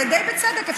די בצדק,